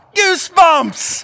goosebumps